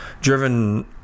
driven